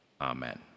amen